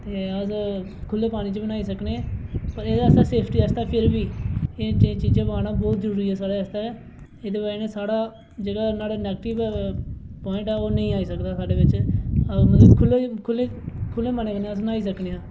ते अस खु'ल्ले पानी च बी न्हाई सकने पर एह्दे आस्तै सेफ्टी आस्तै फिर बी एह् एह् चीज़ां पाना बहुत जरूरी ऐ साढ़े आस्तै ते एह्दी बजह कन्नै जेह्ड़ा साढ़ा नैगेटिव ऐ प्वाइंट ऐ ओह् नेईं आई सकदा साढ़े बिच मतलब खु'ल्ले मनै कन्नै अस न्हाई सकनें आं